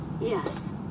Yes